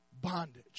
bondage